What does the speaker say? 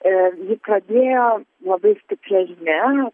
ir ji pradėjo labai stipria žinia